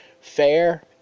fair